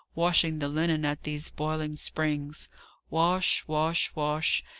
washing the linen at these boiling springs wash, wash, wash!